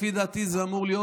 לפי דעתי זה אמור להיות,